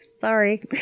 Sorry